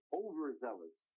overzealous